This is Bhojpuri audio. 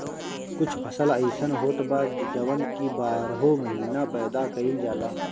कुछ फसल अइसन होत बा जवन की बारहो महिना पैदा कईल जाला